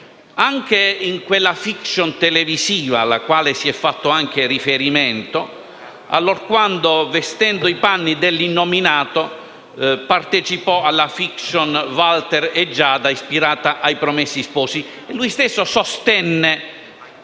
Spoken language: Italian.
anche in quella *fiction* televisiva alla quale si è fatto riferimento, allorquando, vestendo i panni dell'innominato, partecipò alla *fiction* «Walter e Giada» ispirata a «I promessi sposi». Egli stesso sostenne,